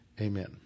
amen